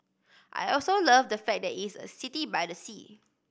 I also love the fact that it's a city by the sea